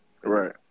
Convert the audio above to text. Right